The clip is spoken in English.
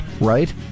right